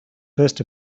first